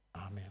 Amen